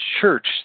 church